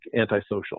antisocial